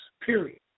Period